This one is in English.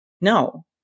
No